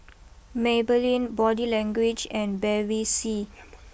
Maybelline Body Language and Bevy C